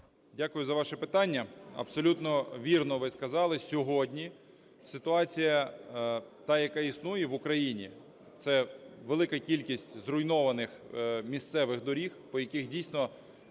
Дякую за ваше питання. Абсолютно вірно ви сказали, сьогодні ситуація та, яка існує в Україні, це велика кількість зруйнованих місцевих доріг, по яких, дійсно,